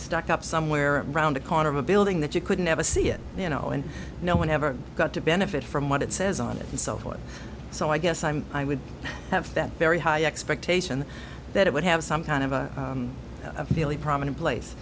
stuck up somewhere around the corner of a building that you could never see it you know and no one ever got to benefit from what it says on it and so forth so i guess i'm i would have that very high expectation that it would have some kind of a fairly prominent place